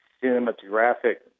cinematographic